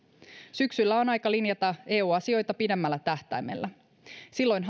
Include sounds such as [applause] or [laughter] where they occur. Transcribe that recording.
syksyllä on aika linjata eu asioita pidemmällä tähtäimellä silloin [unintelligible]